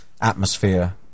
atmosphere